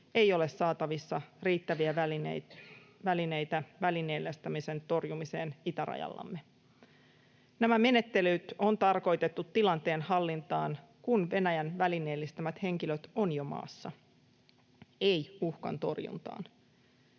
ei ole saatavissa riittäviä välineitä välineellistämisen torjumiseen itärajallamme. Nämä menettelyt on tarkoitettu tilanteen hallintaan, kun Venäjän välineellistämät henkilöt ovat jo maassa, eivät uhkan torjuntaan.